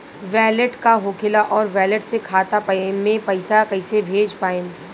Wallet का होखेला और वैलेट से खाता मे पईसा कइसे भेज पाएम?